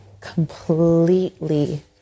completely